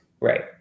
Right